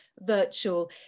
virtual